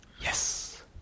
Yes